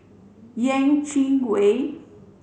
Yeh Chi Wei